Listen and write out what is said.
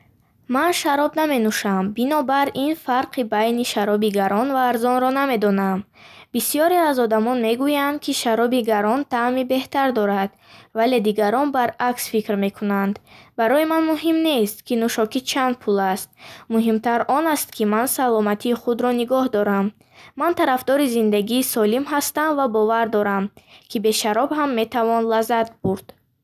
Ман шароб наменӯшам, бинобар ин фарқи байни шароби гарон ва арзонро намедонам. Бисёре аз одамон мегӯянд, ки шароби гарон таъми беҳтар дорад, вале дигарон баръакс фикр мекунанд. Барои ман муҳим нест, ки нӯшокӣ чанд пул аст. Муҳимтар он аст, ки ман саломатии худро нигоҳ дорам. Ман тарафдори зиндагии солим ҳастам ва бовар дорам, ки бе шароб ҳам метавон лаззат бурд.